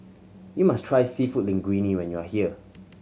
you must try Seafood Linguine when you are here